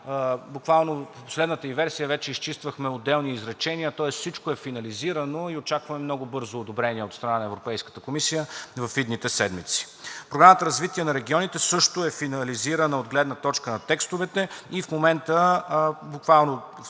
последната ѝ версия вече изчиствахме, отделни изречения, тоест всичко е финализирано и очакваме много бързо одобрение от страна на Европейската комисия в идните седмици. Програмата „Развитие на регионите“ също е финализирана от гледна точка на текстовете и в момента буквално днес